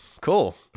cool